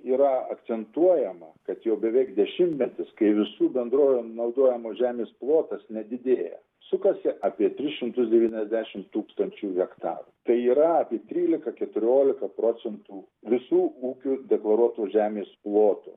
yra akcentuojama kad jau beveik dešimtmetis kai visų bendrovių naudojamos žemės plotas nedidėja sukasi apie tris šimtus devyniasdešim tūkstančių hektarų tai yra apie trylika keturiolika procentų visų ūkių deklaruotų žemės plotų